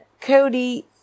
Cody